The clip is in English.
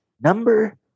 number